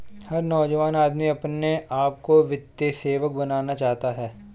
हर नौजवान आदमी अपने आप को वित्तीय सेवक बनाना चाहता है